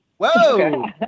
Whoa